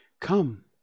Come